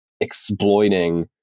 exploiting